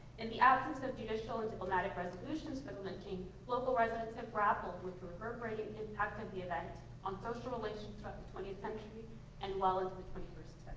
in the absence of judicial and diplomatic resolutions for the lynching, local residents have grappled with the reverberating impact of the event on social relations throughout the twentieth century and well into the twenty first